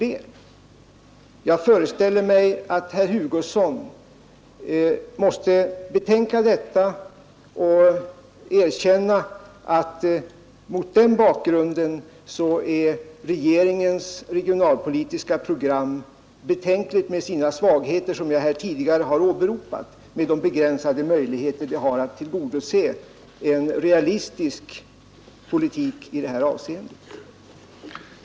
debatt Jag föreställer mig att herr Hugosson, när han betänker detta, måste erkänna att mot den bakgrunden är regeringens regionalpolitiska program inte mycket att yvas över. Där finns svagheter som jag här tidigare har pekat på och därmed tyvärr begränsade möjligheter att föra en kraftfull Här gäller det ju ändå att samlas omkring en översiktlig planering som innebär ett maximalt till